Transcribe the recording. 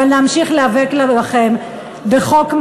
אבל נמשיך להיאבק בכם בחוק,